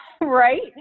Right